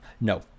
No